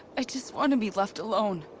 i just want to be left alone.